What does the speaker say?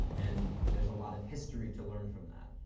and there's a lot of history to learn from that.